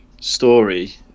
story